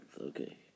okay